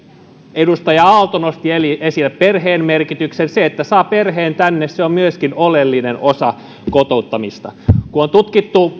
edustaja aalto nosti esille perheen merkityksen se että saa perheen tänne on myöskin oleellinen osa kotouttamista kun on tutkittu